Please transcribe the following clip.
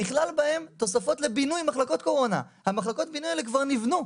נכללו בהם תוספות לבינוי מחלקות קורונה שכבר נבנו,